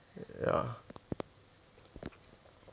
ya